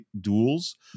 duels